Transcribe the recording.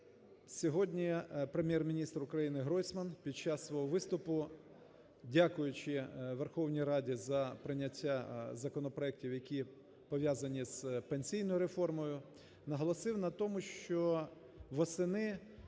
Сьогодні Прем'єр-міністр України Гройсман під час свого виступу, дякуючи Верховній Раді за прийняття законопроектів які пов'язані з пенсійною реформою, наголосив на тому, що восени